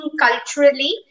culturally